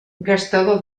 gastador